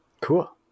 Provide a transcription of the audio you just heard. Cool